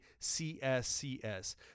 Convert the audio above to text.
CSCS